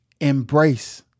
embrace